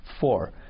four